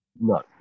No